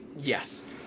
Yes